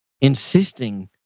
insisting